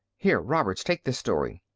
here, roberts, take this story.